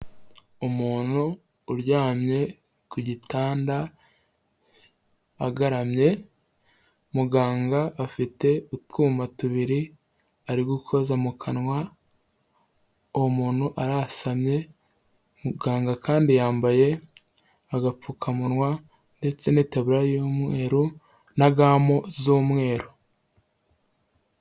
Umuntu uryamye ku gitanda agaramye, muganga afite utwuma tubiri ari gukoza mu kanwa, uwo muntu arasanye muganga kandi yambaye agapfukamunwa ndetse n'itaburiya y'umweru na gamu z'umweru.